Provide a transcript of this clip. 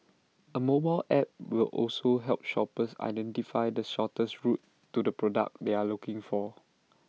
A mobile app will also help shoppers identify the shortest route to the product they are looking for